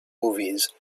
movies